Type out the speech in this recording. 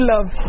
love